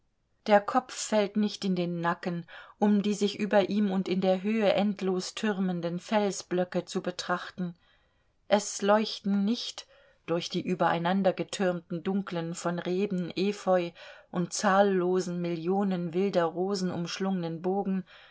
der kopf fällt nicht in den nacken um die sich über ihm und in der höhe endlos türmenden felsblöcke zu betrachten es leuchten nicht durch die übereinandergetürmten dunklen von reben efeu und zahllosen millionen wilder rosen umschlungenen bogen